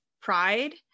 pride